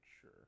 sure